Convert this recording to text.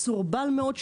מסורבל מאוד,